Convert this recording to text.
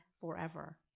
forever